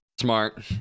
Smart